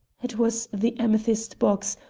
it was the amethyst box,